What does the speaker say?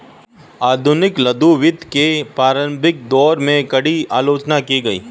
आधुनिक लघु वित्त के प्रारंभिक दौर में, कड़ी आलोचना की गई